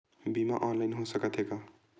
बीमा ऑनलाइन हो सकत हे का?